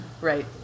Right